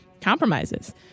compromises